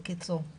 בקיצור.